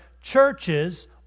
churches